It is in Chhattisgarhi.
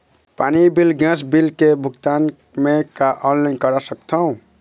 पानी बिल गैस बिल के भुगतान का मैं ऑनलाइन करा सकथों?